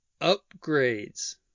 upgrades